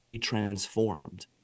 transformed